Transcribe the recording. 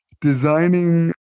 designing